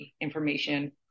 information